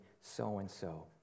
so-and-so